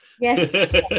yes